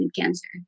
cancer